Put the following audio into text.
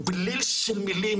בליל של מילים,